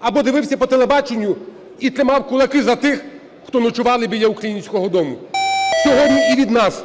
або дивився по телебаченню і тримав кулаки за тих, хто ночували біля Українського дому. Сьогодні і від нас